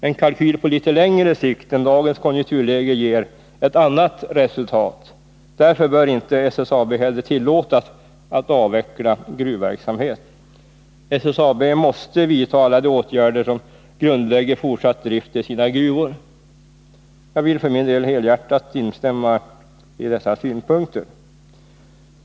En kalkyl på litet längre sikt än dagens konjunkturläge ger ett annat resultat. Därför bör inte SSAB heller tillåtas att avveckla sin gruvverksamhet. SSAB måste vidta alla de åtgärder som grundlägger fortsatt drift i dess gruvor. Jag vill för min del helhjärtat instämma i dessa synpunkter.